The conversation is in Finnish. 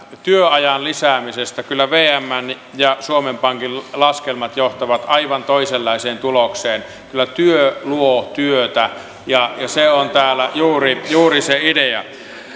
työajan lisäämisestä kyllä vmn ja suomen pankin laskelmat johtavat aivan toisenlaiseen tulokseen kyllä työ luo työtä ja se on täällä juuri juuri se idea